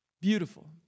Beautiful